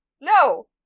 No